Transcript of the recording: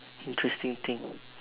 interesting thing